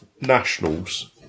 nationals